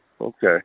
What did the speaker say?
Okay